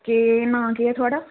केह् नांऽ केह् ऐ थोहाड़ा